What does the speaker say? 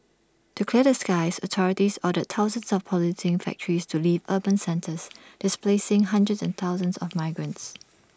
to clear the skies authorities ordered thousands of polluting factories to leave urban centres displacing hundreds of thousands of migrants